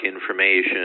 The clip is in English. information